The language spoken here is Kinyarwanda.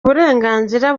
uburenganzira